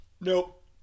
Nope